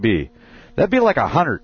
be that be like a hundred